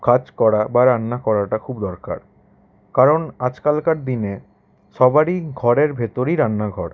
কাজ করা বা রান্না করাটা খুব দরকার কারণ আজকালকার দিনে সবারই ঘরের ভেতরই রান্নাঘর